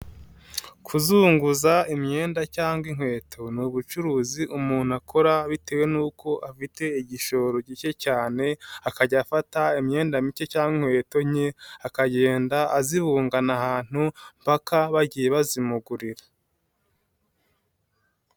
Kuzunguza imyenda cyangwa inkweto ni ubucuruzi umuntu akora bitewe n'uko afite igishoro gike cyane akajya afata imyenda mike cyangwa inkweto nke akagenda azibungana ahantu mpaka bagiye bazimugurira.